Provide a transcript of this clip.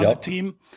team